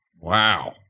Wow